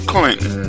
Clinton